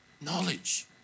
Knowledge